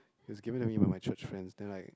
it was given to me by my church friends then like